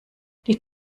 die